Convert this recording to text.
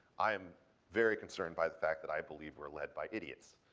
i am very concerned by the fact that i believe were led by idiots,